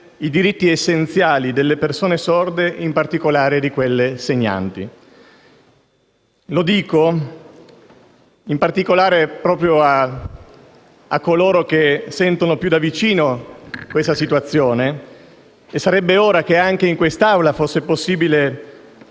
i diritti essenziali delle persone sorde, in particolare di quelle segnanti. Lo dico in particolare a coloro che sentono più da vicino questa situazione - e sarebbe ora che anche in quest' Aula fosse possibile